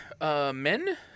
Men